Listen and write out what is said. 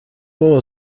بابا